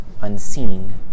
unseen